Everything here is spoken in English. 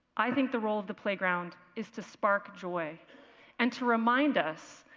i think the role of the playground is to spark joy and to remind us,